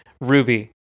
Ruby